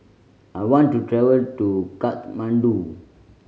I want to travel to Kathmandu